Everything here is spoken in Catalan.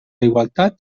igualtat